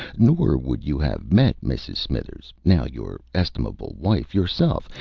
nor would you have met mrs. smithers, now your estimable wife, yourself,